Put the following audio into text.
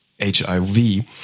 HIV